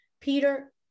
Peter